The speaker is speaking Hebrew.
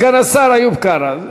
סגן השר איוב קרא,